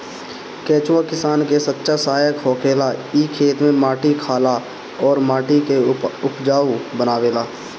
केचुआ किसान के सच्चा सहायक होखेला इ खेत में माटी खाला अउर माटी के उपजाऊ बनावेला